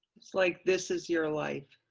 it's like this is your life.